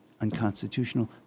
Unconstitutional